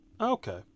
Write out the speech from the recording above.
Okay